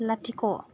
लाथिख'